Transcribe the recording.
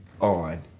on